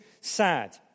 sad